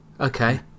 Okay